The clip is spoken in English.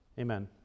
Amen